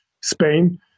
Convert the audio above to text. Spain